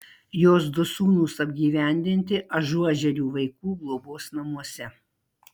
jos du sūnūs apgyvendinti ažuožerių vaikų globos namuose